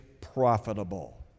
profitable